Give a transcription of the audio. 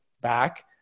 back